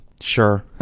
Sure